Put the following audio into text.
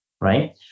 right